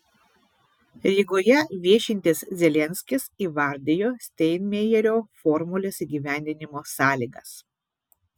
rygoje viešintis zelenskis įvardijo steinmeierio formulės įgyvendinimo sąlygas